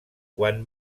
quan